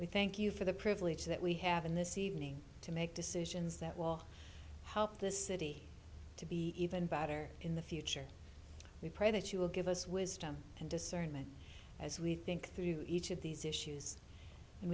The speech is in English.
we thank you for the privilege that we have in this evening to make decisions that will help this city to be even better in the future we pray that you will give us wisdom and discernment as we think through each of these issues and